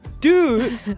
dude